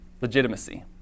legitimacy